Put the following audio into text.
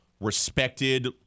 respected